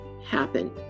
happen